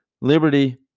Liberty